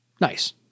Nice